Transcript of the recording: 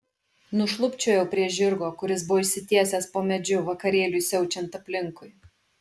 nušlubčiojau prie žirgo kuris buvo išsitiesęs po medžiu vakarėliui siaučiant aplinkui